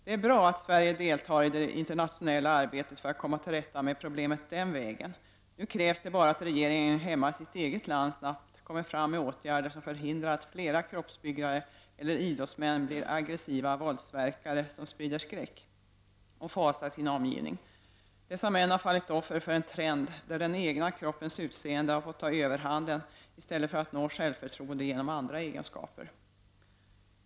Det är bra att Sverige deltar i det internationella arbetet för att komma till rätta med problemet den vägen. Nu krävs det bara att regeringen hemma i sitt eget land snabbt kommer fram med åtgärder, som förhindrar att flera kroppsbyggare eller idrottsmän blir aggressiva våldsverkare som sprider skräck och fasa i sin omgivning. Dessa män har fallit offer för en trend som innebär att den egna kroppens utseende får ta överhanden, detta i stället för att man bygger sitt självförtroende på andra egenskaper.